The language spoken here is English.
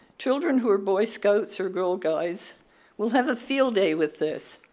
children who are boy scouts or girl guides will have a field day with this,